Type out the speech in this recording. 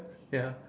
ya